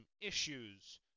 issues